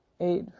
eight